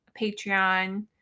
Patreon